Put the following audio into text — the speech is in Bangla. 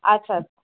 আচ্ছা